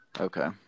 Okay